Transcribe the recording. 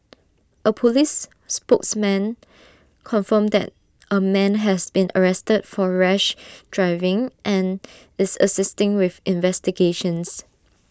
A Police spokesman confirmed that A man has been arrested for rash driving and is assisting with investigations